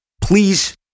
Please